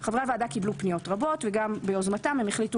חברי הוועדה קיבלו פניות רבות וגם ביוזמם הם החליטו